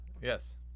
yes